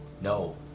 No